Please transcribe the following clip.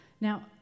Now